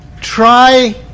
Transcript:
try